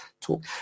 talk